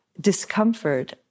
discomfort